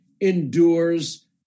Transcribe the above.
endures